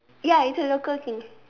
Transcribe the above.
ya it's a local thing